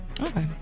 Okay